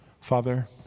Father